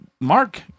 Mark